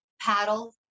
paddle